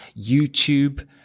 youtube